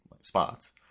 spots